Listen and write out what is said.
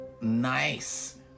nice